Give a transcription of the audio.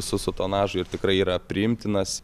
su su tonažu ir tikrai yra priimtinas